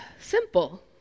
simple